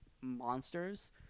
monsters